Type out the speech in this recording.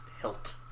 hilt